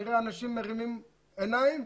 וכנראה אנשים מרימים עיניים,